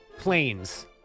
planes